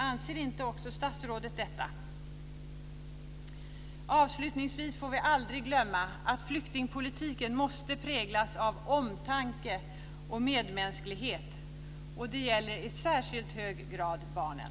Anser inte också statsrådet detta? Avslutningsvis får vi aldrig glömma att flyktingpolitiken måste präglas av omtanke och medmänsklighet, och det gäller i särskilt hög grad barnen.